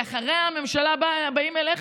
כי אחרי הממשלה באים אליך,